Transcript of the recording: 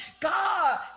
God